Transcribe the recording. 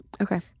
Okay